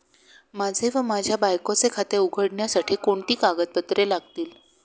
माझे व माझ्या बायकोचे खाते उघडण्यासाठी कोणती कागदपत्रे लागतील?